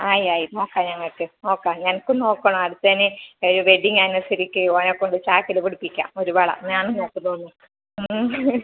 ആയി ആയി നോക്കാം ഞങ്ങൾക്ക് നോക്കാം ഞങ്ങൾക്കും നോക്കണം അടുത്തതിന് വെഡ്ഡിംഗ് ആനിവേഴ്സറിക്ക് അവനെ കൊണ്ട് ചാക്കിൽ പിടിപ്പിക്കാം ഒരു വള ഞാനും നോക്കട്ടെ